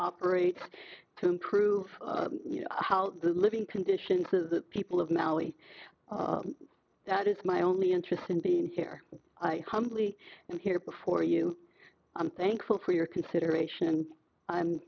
operates to improve you know how the living conditions the people of maui that is my only interest in being here i humbly and here before you i'm thankful for your consideration